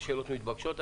ושאלות מתבקשות.